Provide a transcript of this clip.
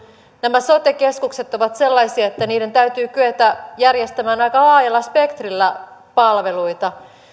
nämä sote keskukset ovat sellaisia että niiden täytyy kyetä järjestämään aika laajalla spektrillä palveluita